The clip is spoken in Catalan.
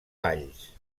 balls